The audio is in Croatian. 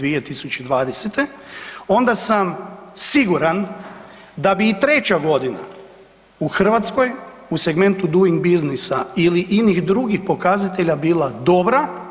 2020., onda sam siguran da bi i treća godina u Hrvatskoj u segmentu Doing Businessa ili inih drugih pokazatelja bila dobra.